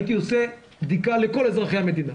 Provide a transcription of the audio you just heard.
הייתי עושה בדיקה לכל אזרחי המדינה.